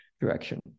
direction